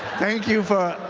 thank you for,